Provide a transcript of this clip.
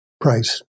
price